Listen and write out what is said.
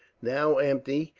now empty,